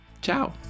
ciao